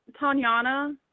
Tanyana